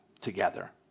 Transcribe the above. together